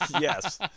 yes